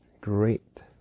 great